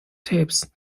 tapes